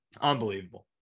Unbelievable